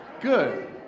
Good